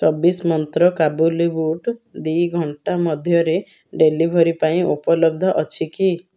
ଚବିଶ ମନ୍ତ୍ର କାବୁଲି ବୁଟ ଦୁଇ ଘଣ୍ଟା ମଧ୍ୟରେ ଡେଲିଭରି ପାଇଁ ଉପଲବ୍ଧ ଅଛି କି